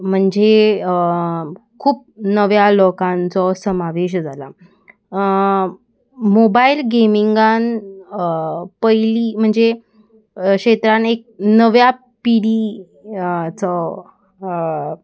म्हणजे खूब नव्या लोकांचो समावेश जाला मोबायल गेमिंगान पयलीं म्हणजे क्षेत्रान एक नव्या पिढी चो